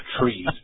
trees